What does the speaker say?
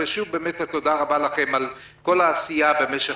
שוב באמת תודה רבה לכם על כל העשייה במשך